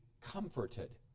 comforted